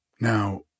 Now